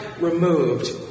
removed